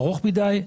ארוך מדי,